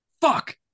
Fuck